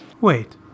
Wait